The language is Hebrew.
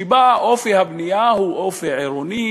שבה אופי הבנייה הוא אופי עירוני,